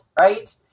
right